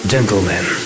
Gentlemen